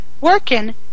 working